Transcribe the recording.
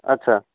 ଆଚ୍ଛା